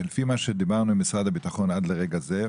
לפי מה דיברנו עם משרד הביטחון עד לרגע זה,